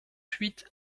huit